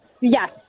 Yes